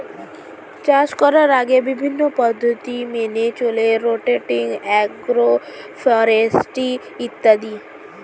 চাষ করার আগে বিভিন্ন পদ্ধতি মেনে চলে রোটেটিং, অ্যাগ্রো ফরেস্ট্রি ইত্যাদি